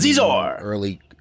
early